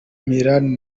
milan